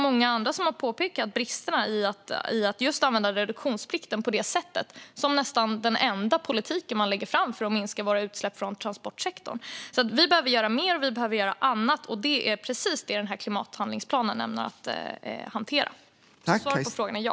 Många andra har också påpekat bristerna med att använda reduktionsplikten på det sättet, som nästan den enda politik som läggs fram för att minska utsläppen från transportsektorn. Vi behöver alltså göra mer och annat, och det är precis detta klimathandlingsplanen är ämnad att hantera. Så svaret på frågan är ja.